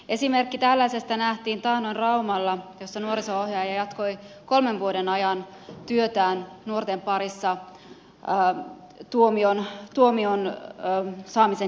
esimerkki tällaisesta nähtiin taannoin raumalla jossa nuoriso ohjaaja jatkoi työtään nuorten parissa kolmen vuoden ajan tuomion saamisen jälkeen